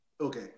Okay